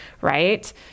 right